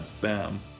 Bam